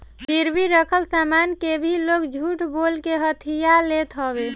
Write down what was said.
गिरवी रखल सामान के भी लोग झूठ बोल के हथिया लेत हवे